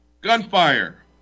gunfire